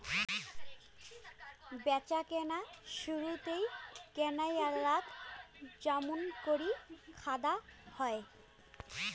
ব্যাচাকেনার শুরুতেই কেনাইয়ালাক য্যামুনকরি দ্যাখা হয়